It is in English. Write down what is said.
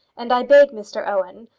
and i beg, mr owen,